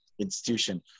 institution